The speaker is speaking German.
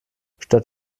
statt